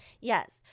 Yes